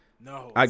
No